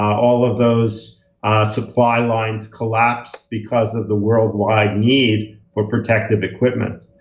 all of those supply lines collapsed because of the worldwide need for protective equipment.